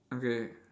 okay